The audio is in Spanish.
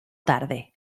tarde